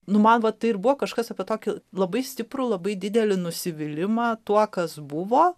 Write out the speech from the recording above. numanoma tai buvo kažkas apie tokiu labai stipru labai didelį nusivylimą tuo kas buvo